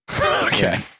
Okay